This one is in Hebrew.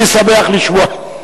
הייתי שמח לשמוע.